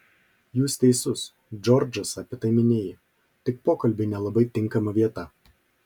jūs teisus džordžas apie tai minėjo tik pokalbiui nelabai tinkama vieta